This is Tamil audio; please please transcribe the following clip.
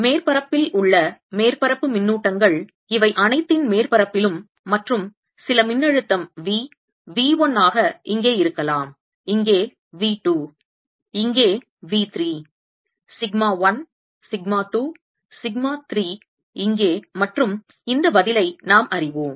மேற்பரப்பில் உள்ள மேற்பரப்பு மின்னூட்டங்கள் இவை அனைத்தின் மேற்பரப்பிலும் மற்றும் சில மின்னழுத்தம் V V 1 ஆக இங்கே இருக்கலாம் இங்கே V 2 இங்கே V 3 சிக்மா 1 சிக்மா 2 சிக்மா 3 இங்கே மற்றும் இந்த பதிலை நாம் அறிவோம்